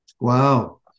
Wow